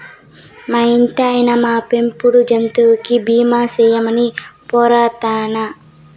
మా ఇంటాయినా, మా పెంపుడు జంతువులకి బీమా సేయమని పోరతన్నా